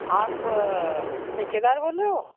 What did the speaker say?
आप ठेकेदार बोल रहे हो